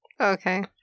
okay